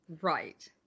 Right